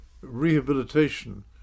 Rehabilitation